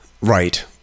Right